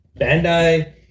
Bandai